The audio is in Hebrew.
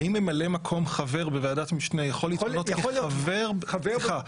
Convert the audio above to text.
האם ממלא מקום חבר בוועדת משנה יכול להתמנות כחבר סליחה,